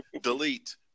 delete